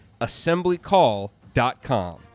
assemblycall.com